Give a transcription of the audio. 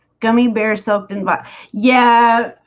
gummybear something but yeah,